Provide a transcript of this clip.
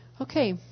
Okay